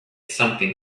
something